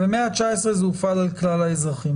ומ-19 זה הופעל על כלל האזרחים.